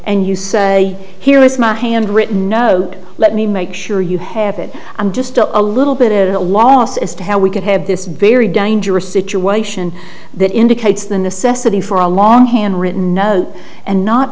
and you say here is my handwritten note let me make sure you have it i'm just a little bit lost as to how we could have this very dangerous situation that indicates the necessity for a long handwritten note and not